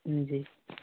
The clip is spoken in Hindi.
जी